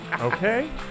Okay